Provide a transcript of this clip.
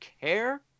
care